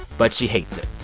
but she hates it.